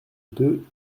deux